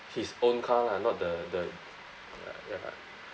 his own car lah not the the uh